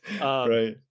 Right